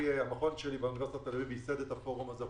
המכון שלי באוניברסיטת תל אביב ייסד את הפורום הזה,